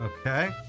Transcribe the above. Okay